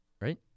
right